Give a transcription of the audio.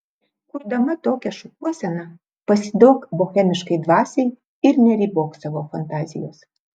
kurdama tokią šukuoseną pasiduok bohemiškai dvasiai ir neribok savo fantazijos